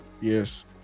yes